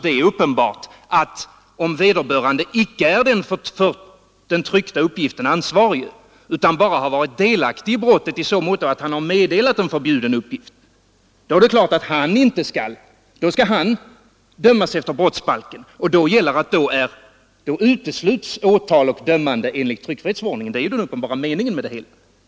Det är uppenbart att vederbörande, om han icke är den för den tryckta uppgiften ansvarige utan bara har varit delaktig i så måtto att han har meddelat en förbjuden uppgift, skall dömas efter brottsbalken. Då utesluts åtal och dömande enligt tryckfrihetsförordningen. Det är den uppenbara meningen med det hela.